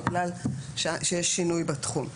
בגלל שיש שינוי בתחום.